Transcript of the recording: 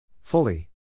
Fully